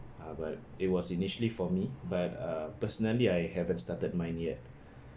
ah but it was initially for me but uh personally I haven't started mine yet